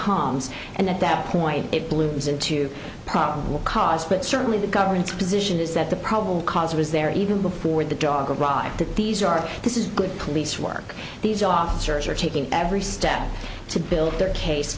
calm and at that point it blooms into probable cause but certainly the government's position is that the probable cause was there even before the dog of iraq that these are this is good police work these officers are taking every step to build their case